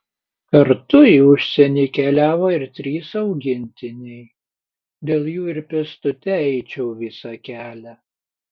kartu į užsienį keliavo ir trys augintiniai dėl jų ir pėstute eičiau visą kelią